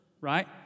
right